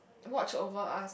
watch over us